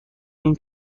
این